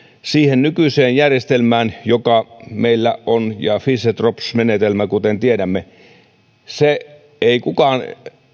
siihen nykyiseen järjestelmään joka meillä on fischer tropsch menetelmään kuten tiedämme ei kukaan